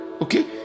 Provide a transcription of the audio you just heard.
Okay